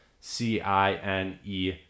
c-i-n-e